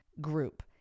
group